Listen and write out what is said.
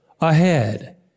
Ahead